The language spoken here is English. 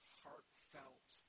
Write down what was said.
heartfelt